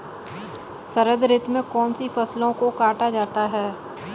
शरद ऋतु में कौन सी फसलों को काटा जाता है?